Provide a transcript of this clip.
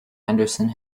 henderson